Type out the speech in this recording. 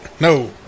No